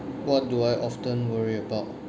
what do I often worry about